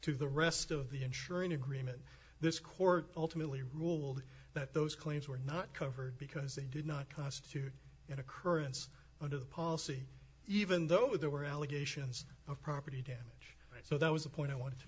to the rest of the insuring agreement this court ultimately ruled that those claims were not covered because they did not constitute an occurrence under the policy even though there were allegations of property damage so that was a point i want to